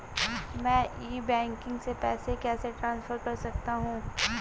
मैं e banking से पैसे कैसे ट्रांसफर कर सकता हूं?